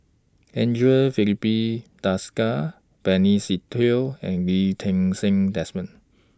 Andre Filipe Desker Benny Se Teo and Lee Ti Seng Desmond